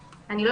שלהם,